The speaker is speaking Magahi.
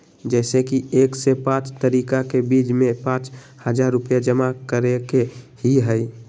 जैसे कि एक से पाँच तारीक के बीज में पाँच हजार रुपया जमा करेके ही हैई?